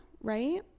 right